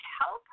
help